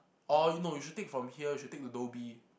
or no you should take from here you should take to Dhoby